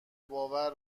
باور